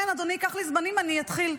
כן, אדוני, קח לי זמנים, אני אתחיל.